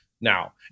now